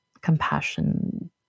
compassion